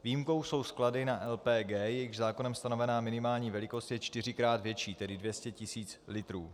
Výjimkou jsou sklady na LPG, jejichž zákonem stanovená minimální velikost je čtyřikrát větší, tedy 200 tisíc litrů.